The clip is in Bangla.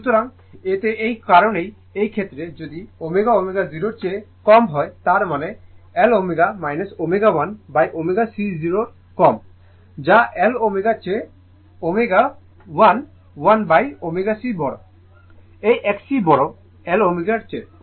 সুতরাং এতে এই কারণেই এই ক্ষেত্রে যদি ω ω0 চেয়ে কম হয় তার মানে L ω ω 1ω C 0 এর কম যা L ω চেয়ে ω 1 1ω C বড় এই XC বড় L ω এর চেয়ে